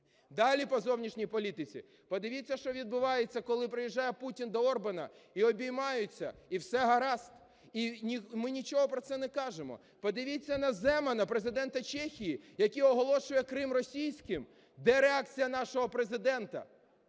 Далі по зовнішній політиці. Подивіться, що відбувається, коли приїжджає Путін до Орбана. І обіймаються, і все гаразд. І ми нічого про це не кажемо. Подивіться на Земана, Президента Чехії, який оголошує Крим російським. Де реакція нашого Президента?